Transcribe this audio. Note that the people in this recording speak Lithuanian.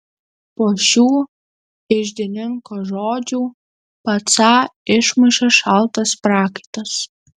po šių iždininko žodžių pacą išmušė šaltas prakaitas